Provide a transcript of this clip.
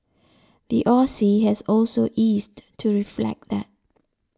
the Aussie has also eased to reflect that